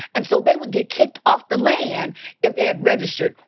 and so they would get kicked off the land if they had registered.